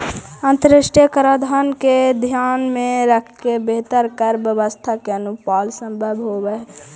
अंतरराष्ट्रीय कराधान के ध्यान में रखके बेहतर कर व्यवस्था के अनुपालन संभव होवऽ हई